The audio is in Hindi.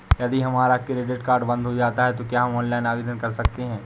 यदि हमारा क्रेडिट कार्ड बंद हो जाता है तो क्या हम ऑनलाइन आवेदन कर सकते हैं?